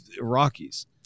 Iraqis